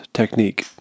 technique